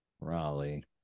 Raleigh